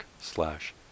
slash